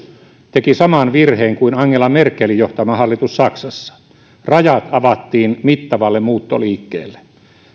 teki saman virheen kuin angela merkelin johtama hallitus saksassa rajat avattiin mittavalle muuttoliikkeelle